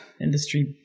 industry